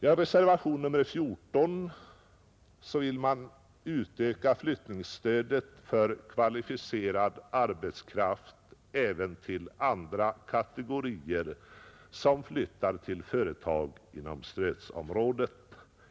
I reservationen 14 vill man utsträcka flyttningsstödet för kvalificerad arbetskraft även till andra kategorier som flyttar till företag inom stödområdet.